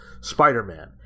Spider-Man